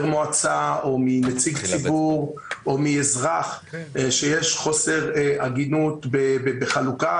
מועצה או מנציג ציבור או מאזרח שיש חוסר הגינות בחלוקה,